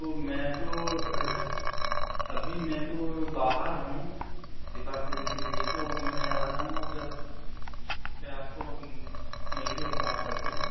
तो मैं तो अभी मैं तो बाहर हूँ एक आध दिन के लिए तो अब मैं आ जाऊँगा जब फ़िर आपको मिल के बात करते हैं